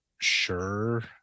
sure